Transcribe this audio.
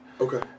okay